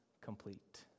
complete